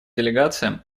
делегациям